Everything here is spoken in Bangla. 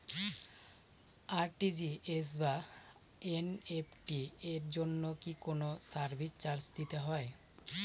আর.টি.জি.এস বা এন.ই.এফ.টি এর জন্য কি কোনো সার্ভিস চার্জ দিতে হয়?